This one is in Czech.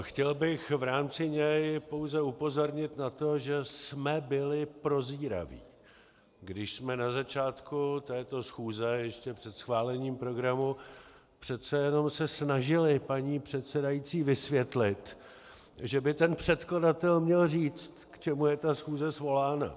Chtěl bych v rámci něj pouze upozornit na to, že jsme byli prozíraví, když jsme na začátku této schůze ještě před schválením programu přece jenom se snažili paní předsedající vysvětlit, že by ten předkladatel měl říct, k čemu je ta schůze svolána.